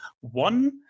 One